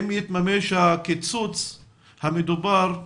אם יתממש הקיצוץ המדובר,